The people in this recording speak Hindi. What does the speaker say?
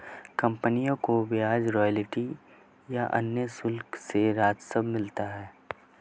कंपनियों को ब्याज, रॉयल्टी या अन्य शुल्क से राजस्व मिलता है